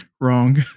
wrong